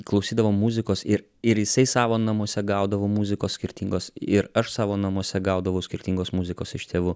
klausydavom muzikos ir ir jisai savo namuose gaudavo muzikos skirtingos ir aš savo namuose gaudavau skirtingos muzikos iš tėvų